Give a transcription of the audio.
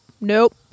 Nope